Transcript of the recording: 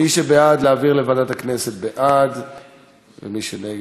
מי שבעד להעביר לוועדת הכנסת, בעד, ומי שנגד,